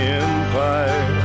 empire